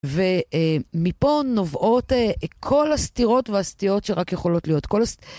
ומפה נובעות כל הסתירות והסטיות שרק יכולות להיות.